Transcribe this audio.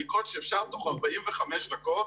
בדיקות שאפשר תוך 45 דקות